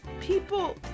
people